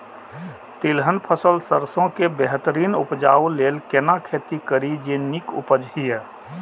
तिलहन फसल सरसों के बेहतरीन उपजाऊ लेल केना खेती करी जे नीक उपज हिय?